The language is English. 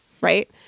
right